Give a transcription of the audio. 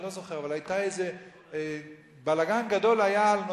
לא זוכר, אבל בלגן גדול היה על נושאים,